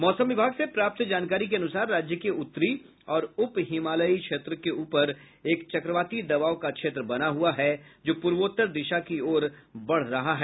मौसम विभाग से प्राप्त जानकारी के अनुसार राज्य के उत्तरी और उप हिमालयी क्षेत्र के ऊपर एक चक्रवाती दबाव का क्षेत्र बना हुआ है जो पूर्वोत्तर दिशा की ओर बढ़ रहा है